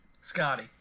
Scotty